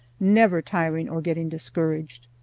never tiring or getting discouraged.